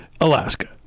Alaska